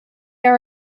are